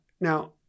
Now